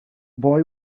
boy